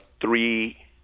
three